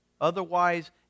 Otherwise